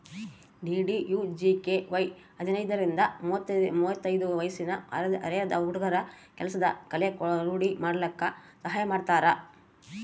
DDUGKY ಹದಿನೈದರಿಂದ ಮುವತ್ತೈದು ವಯ್ಸಿನ ಅರೆದ ಹುಡ್ಗುರ ಕೆಲ್ಸದ್ ಕಲೆ ರೂಡಿ ಮಾಡ್ಕಲಕ್ ಸಹಾಯ ಮಾಡ್ತಾರ